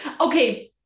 Okay